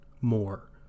more